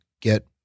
get